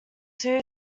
two